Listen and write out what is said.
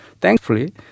thankfully